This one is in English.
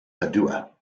padua